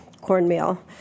cornmeal